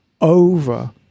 over